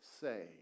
say